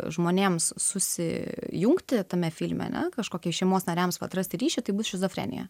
žmonėms susijungti tame filme kažkokią šeimos nariams atrasti ryšį tai bus šizofrenija